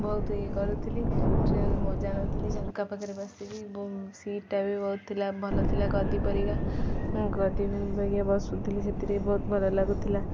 ବହୁତ ଇଏ କରୁଥିଲି ଟ୍ରେନର ମଜା ନେଉଥିଲି ଝରକା ପାଖରେ ବସିଥିଲି ଏବଂ ସିଟ୍ଟା ବି ବହୁତ ଥିଲା ଭଲ ଥିଲା ଗଦି ପରିକା ମୁଁ ଗଦି ପରିକା ବସୁଥିଲି ସେଥିରେ ବହୁତ ଭଲ ଲାଗୁଥିଲା